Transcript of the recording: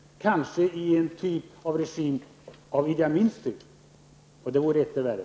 Kanske får man då en regim av Idi Amins typ, och det vore etter värre.